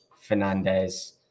Fernandez